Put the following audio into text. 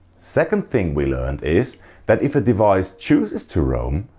second thing we learned is that if a device chooses to roam,